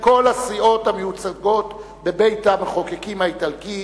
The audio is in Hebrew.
מכל הסיעות המיוצגות בבית-המחוקקים האיטלקי